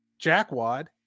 jackwad